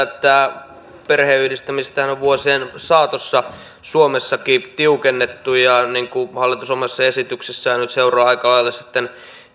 tätä perheenyhdistämistähän on vuosien saatossa suomessakin tiukennettu kun hallitus omassa esityksessään nyt seuraa aika lailla sitten